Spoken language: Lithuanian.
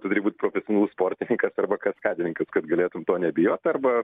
tu turi būt profesionalus sportininkas arba kaskadininkas kad galėtum to nebijot arba